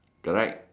correct